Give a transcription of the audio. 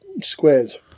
Squares